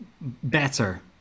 better